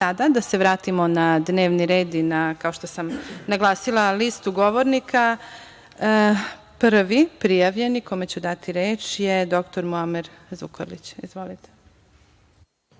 da se vratimo na dnevni red i na, kao što sam naglasila, listu govornika. Prvi prijavljeni kome ću dati reč je dr Muamer Zukorlić. Izvolite.